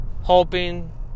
hoping